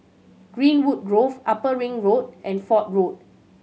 Greenwood Grove Upper Ring Road and Fort Road